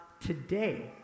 today